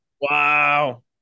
Wow